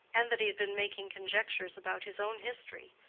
and that he had been making conjectures about his own history,